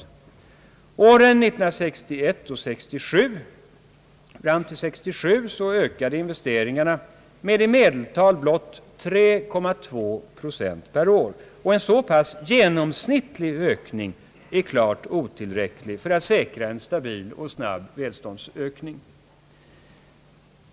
Under åren 1961—1967 ökade investeringarna med i medeltal blott 3,2 procent per år. En så pass begränsad genomsnittlig ökning är klart otillräcklig för att säkra en stabil och snabb välståndsökning.